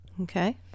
okay